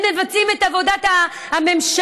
הם מבצעים את עבודת הממשלה.